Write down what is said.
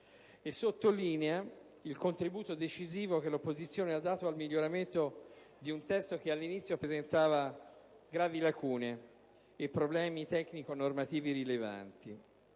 sottolineare il contributo decisivo che l'opposizione ha dato al miglioramento di un testo che all'inizio presentava gravi lacune e problemi tecnico‑normativi rilevanti.